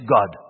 God